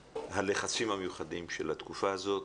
עם הלחצים והמשברים הנפשיים בצל משבר הקורונה.